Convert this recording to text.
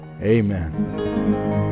amen